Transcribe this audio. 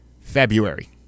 February